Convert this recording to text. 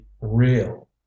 real